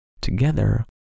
together